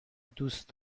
دوست